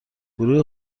گروه